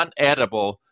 unedible